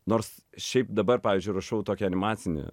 nors šiaip dabar pavyzdžiui rašau tokį animacinį